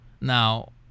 Now